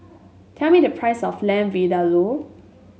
tell me the price of Lamb Vindaloo